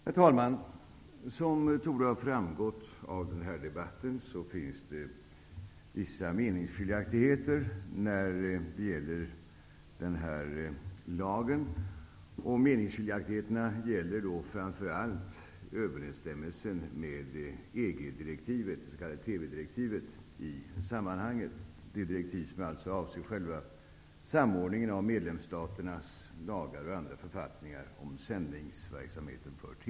Herr talman! Som torde ha framgått av debatten finns det vissa meningsskiljaktigheter när det gäller denna lag. Meningsskiljaktigheterna gäller framför allt överensstämmelsen med EG-direktivet, det s.k. TV-direktivet i detta sammanhang. Det är alltså direktiv som anser själva samordningen av medlemsstaternas lagar och andra författningar om sändningsverksamheten för TV.